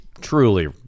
truly